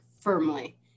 firmly